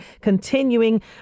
continuing